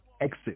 exit